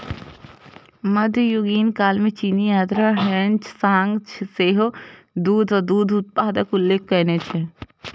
मध्ययुगीन काल मे चीनी यात्री ह्वेन सांग सेहो दूध आ दूध उत्पादक उल्लेख कयने छै